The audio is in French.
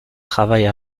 travaille